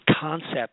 concept